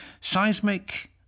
Seismic